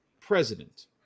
president